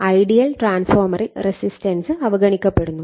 ideal ട്രാൻസ്ഫോർമേറിൽ resistance അവഗണിക്കപ്പെടുന്നു